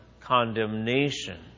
condemnation